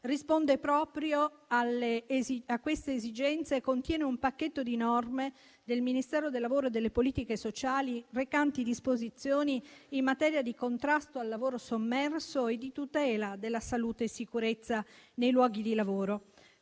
risponde proprio a queste esigenze e contiene un pacchetto di norme del Ministero del lavoro e delle politiche sociali recanti disposizioni in materia di contrasto al lavoro sommerso e di tutela della salute e della sicurezza nei luoghi di lavoro.